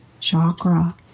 chakra